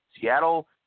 Seattle